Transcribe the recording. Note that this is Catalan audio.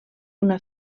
una